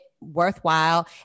worthwhile